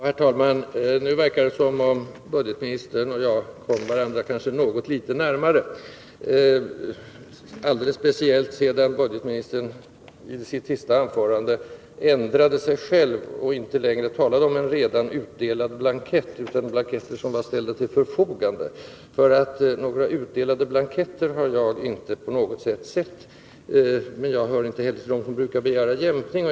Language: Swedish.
Herr talman! Nu verkar det som om budgetministern och jag har kommit varandra litet närmare, alldeles speciellt sedan budgetministern i sitt senaste anförande har ändrat sig och inte längre talar om en redan utdelad blankett utan om en blankett som har ställts till förfogande. Några utdelade blanketter har jag nämligen inte på något sätt fått kännedom om. Nu tillhör jag inte heller dem som brukar begära jämkning.